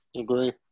Agree